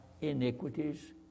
iniquities